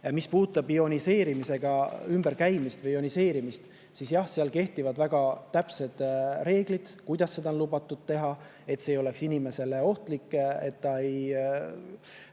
Mis puudutab ioniseerimisega ümberkäimist või ioniseerimist, siis jah, seal kehtivad väga täpsed reeglid, kuidas seda on lubatud teha, et see ei oleks inimesele ohtlik, et see ei